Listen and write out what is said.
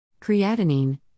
Creatinine